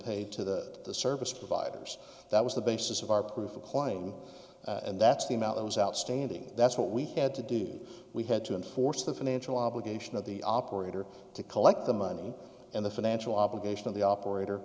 paid to the service providers that was the basis of our proof of claim and that's the amount that was outstanding that's what we had to do we had to enforce the financial obligation of the operator to collect the money and the financial obligation of the operator